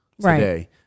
today